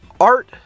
art